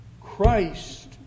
Christ